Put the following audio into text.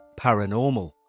Paranormal